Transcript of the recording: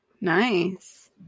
Nice